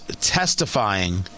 testifying